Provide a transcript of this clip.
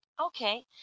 Okay